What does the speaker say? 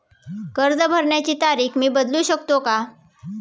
कर्ज भरण्याची तारीख मी बदलू शकतो का?